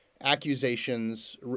accusations